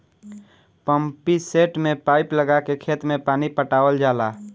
pumpset में pipe लगा के खेत में पानी पटावल जाला